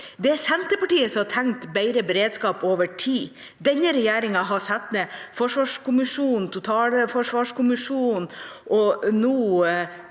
Det er Senterpartiet som har tenkt bedre beredskap over tid. Denne regjeringa har satt ned forsvarskommisjonen og totalberedskapskommisjonen, og nå